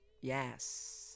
yes